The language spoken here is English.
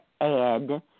add